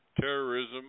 terrorism